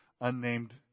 unnamed